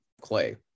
clay